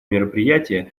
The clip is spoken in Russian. мероприятия